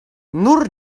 nur